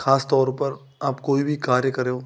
खास तौर पर आप कोई भी कार्य करो